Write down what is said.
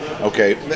Okay